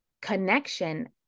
connection